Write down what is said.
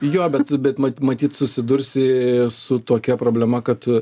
jo bet su bet ma matyt susidursi su tokia problema kad